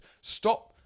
stop